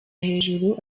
hejuru